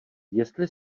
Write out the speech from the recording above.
jestli